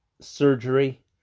surgery